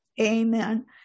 Amen